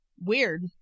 weird